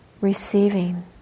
receiving